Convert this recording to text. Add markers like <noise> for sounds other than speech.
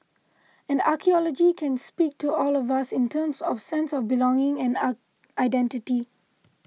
and archaeology can speak to all of us in terms of sense of belonging and <hesitation> identity